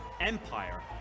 empire